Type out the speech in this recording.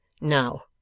Now